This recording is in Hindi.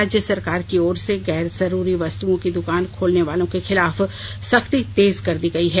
राज्य सरकार की ओर से गैर जरूरी वस्तुओं की दुकान खोलने वालों के खिलाफ सख्ती तेज कर दी गयी है